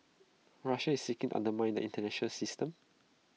Russia is seeking undermine the International system